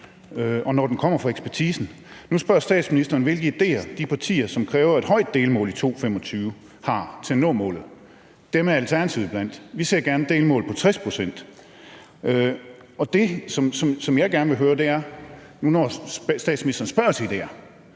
og når den kommer fra ekspertisen. Nu spørger statsministeren om, hvilke idéer de partier, som kræver et højt delmål i 2025, har til at nå målet; dem er Alternativet iblandt. Vi ser gerne et delmål på 60 pct. Og det, som jeg gerne vil sige, er, når nu statsministeren spørger til idéer,